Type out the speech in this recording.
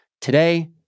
Today